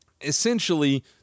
essentially